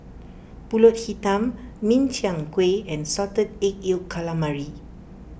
Pulut Hitam Min Chiang Kueh and Salted Egg Yolk Calamari